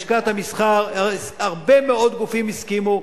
לשכת המסחר, הרבה מאוד גופים, הסכימו,